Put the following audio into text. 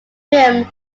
rim